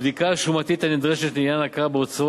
הבדיקה השומתית הנדרשת לעניין הכרה בהוצאות